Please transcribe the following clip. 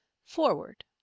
Forward